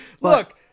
look